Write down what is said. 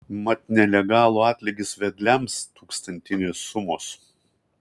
mat nelegalų atlygis vedliams tūkstantinės sumos